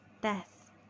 death